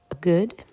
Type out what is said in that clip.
good